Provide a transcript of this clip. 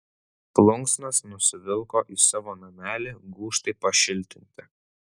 plunksnas nusivilko į savo namelį gūžtai pašiltinti